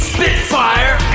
Spitfire